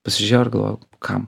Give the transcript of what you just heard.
pasižiūrėjau ir galvoju kam